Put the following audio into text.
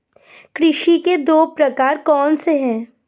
कृषि के दो प्रकार कौन से हैं?